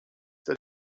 that